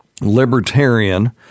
libertarian